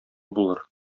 булыр